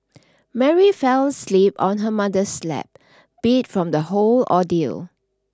Mary fell asleep on her mother's lap beat from the whole ordeal